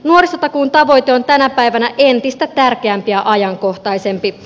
nuorisotakuun tavoite on tänä päivänä entistä tärkeämpi ja ajankohtaisempi